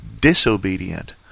disobedient